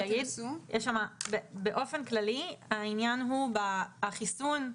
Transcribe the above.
באופן כללי העניין הוא שהחיסון,